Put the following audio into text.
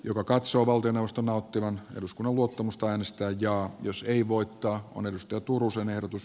joka katsoo valtioneuvoston nauttivan eduskunnan luottamusta äänestää jaa jos ei voittoa niinistö turussa verotus